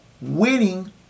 Winning